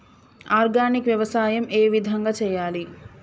Organic వ్యవసాయం ఏ విధంగా చేయాలి?